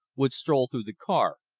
would stroll through the car,